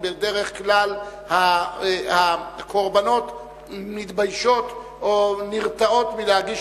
כי בדרך כלל הקורבנות מתביישות או נרתעות מלהגיש